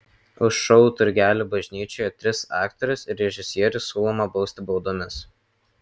už šou turgelių bažnyčioje tris aktorius ir režisierių siūloma bausti baudomis